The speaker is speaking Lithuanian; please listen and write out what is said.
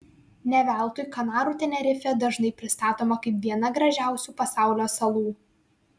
ne veltui kanarų tenerifė dažnai pristatoma kaip viena gražiausių pasaulio salų